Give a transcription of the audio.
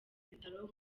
bitaro